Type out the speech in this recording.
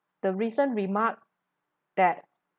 the recent remark that